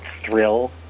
thrill